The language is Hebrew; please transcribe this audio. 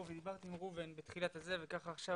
ודיברתי עם ראובן בתחילת הדיון וככה עכשיו,